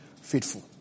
faithful